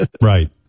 Right